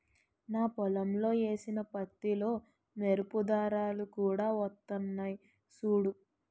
నా పొలంలో ఏసిన పత్తిలో మెరుపు దారాలు కూడా వొత్తన్నయ్ సూడూ